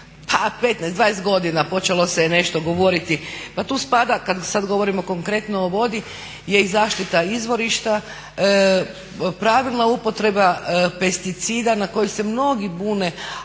15, 20 godina počelo se je nešto govoriti. Pa tu spada, kad sad govorimo konkretno o vodi je i zaštita izvorišta, pravilna upotreba pesticida na koji se mnogi bune,